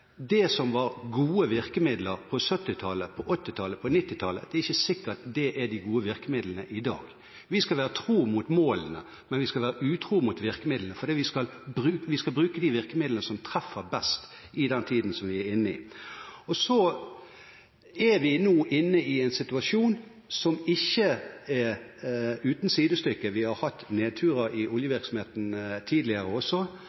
det som var gode virkemidler på 1970-, 1980- og 1990-tallet, er det som er de gode virkemidlene i dag. Vi skal være tro mot målene, men vi skal være utro mot virkemidlene, for vi skal bruke de virkemidlene som treffer best i den tiden som vi er inne i. Vi er nå inne i en situasjon som ikke er uten sidestykke. Vi har hatt nedturer i oljevirksomheten tidligere også.